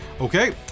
Okay